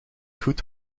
goed